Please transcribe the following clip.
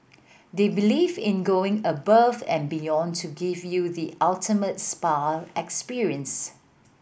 they believe in going above and beyond to give you the ultimate spa experience